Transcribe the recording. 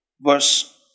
verse